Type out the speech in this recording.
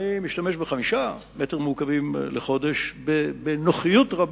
אני משתמש ב-5 מטרים מעוקבים לחודש בנוחיות רבה,